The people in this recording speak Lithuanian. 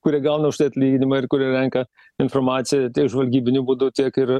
kurie gauna už tai atlyginimą ir kurie renka informaciją tiek žvalgybiniu būdu tiek ir